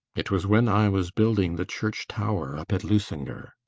it was when i was building the church-tower up at lysanger.